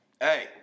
hey